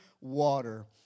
water